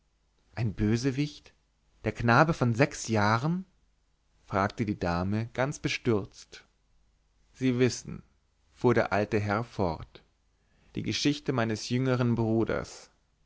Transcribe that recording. ein bösewicht der knabe von sechs jahren fragte die dame ganz bestürzt sie wissen fuhr der alte herr fort die geschichte meines jüngern bruders